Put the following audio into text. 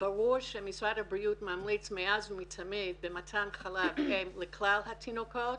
ברור שמשרד הבריאות ממליץ מאז ומתמיד במתן חלב אם לכלל התינוקות